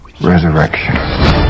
Resurrection